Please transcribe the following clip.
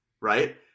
right